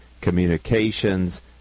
communications